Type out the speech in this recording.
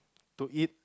to eat